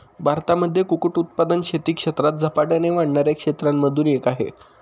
भारतामध्ये कुक्कुट उत्पादन शेती क्षेत्रात झपाट्याने वाढणाऱ्या क्षेत्रांमधून एक आहे